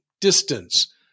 distance